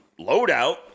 loadout